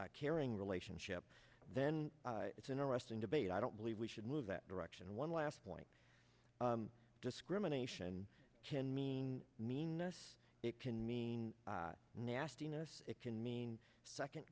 caring relationship then it's interesting debate i don't believe we should move that direction and one last point discrimination can mean meanness it can mean nastiness it can mean second